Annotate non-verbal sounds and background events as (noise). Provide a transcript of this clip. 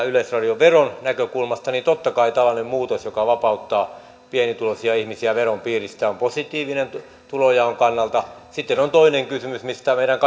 (unintelligible) yleisradioveron näkökulmasta niin totta kai tällainen muutos joka vapauttaa pienituloisia ihmisiä veron piiristä on positiivinen tulonjaon kannalta sitten on toinen kysymys mistä meidän (unintelligible)